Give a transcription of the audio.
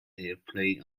airplay